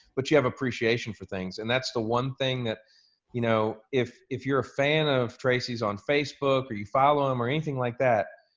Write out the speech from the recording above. but you have appreciation for things and that's the one thing that you know if if you're a fan of tracy's on facebook or you follow him or anything like that,